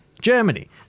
Germany